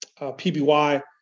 PBY